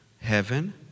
heaven